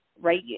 right